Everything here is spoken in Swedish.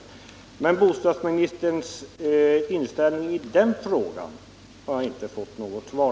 Men när det gäller bostadsministerns inställning i den frågan har jag inte fått något svar.